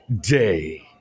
day